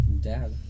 Dad